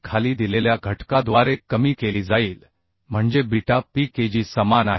खाली दिलेल्या घटकाद्वारे कमी केली जाईल म्हणजे बीटा p kg समान आहे